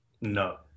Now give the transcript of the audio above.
No